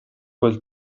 quel